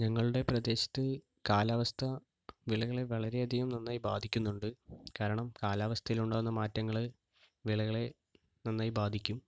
ഞങ്ങളുടെ പ്രദേശത്ത് കാലാവസ്ഥ വിളകളെ വളരെയധികം നന്നായി ബാധിക്കുന്നുണ്ട് കാരണം കാലാവസ്ഥയിൽ ഉണ്ടാകുന്ന മാറ്റങ്ങൾ വിളകളെ നന്നായി ബാധിക്കും